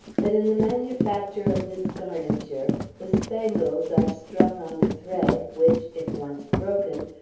that in the manufacture of this garniture the spangles are strung on a thread which, if once broken,